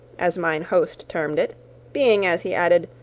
as mine host termed it being, as he added,